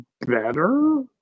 better